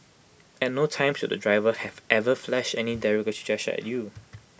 at no time should the driver have ever flashed any derogatory gesture at you